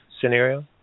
scenario